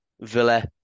Villa